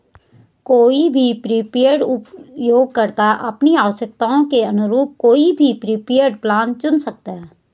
कोई भी प्रीपेड उपयोगकर्ता अपनी आवश्यकताओं के अनुरूप कोई भी प्रीपेड प्लान चुन सकता है